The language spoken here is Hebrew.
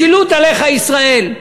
משילות עליך ישראל.